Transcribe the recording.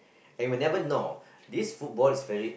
and whenever no these football is very